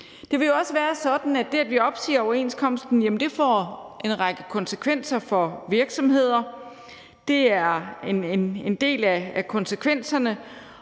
Det vil jo også være sådan, at det, at vi opsiger overenskomsten, får en række konsekvenser for virksomheder. Det er en del af konsekvenserne,